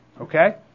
Okay